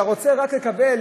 כשאתה רוצה להתנתק,